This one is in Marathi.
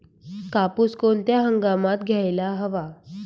कापूस कोणत्या हंगामात घ्यायला हवा?